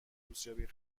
دوستیابی